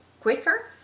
quicker